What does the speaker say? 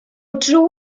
dro